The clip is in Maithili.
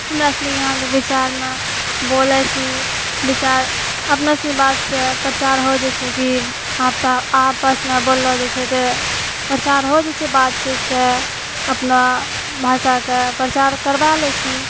हमरासनीके यहाँके विचारमे बोलै छी विचार अपनासनी बातसँ प्रचार हो जाइ छै कि आपसँ आपसमे बोललऽ जाइ छै तऽ प्रचार हो जाइ छै बातचीतसँ अपना भाषाके प्रचार करबा लै छी